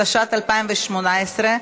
התשע"ט 2018,